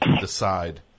decide